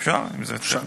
אפשר, אם זה אפשרי.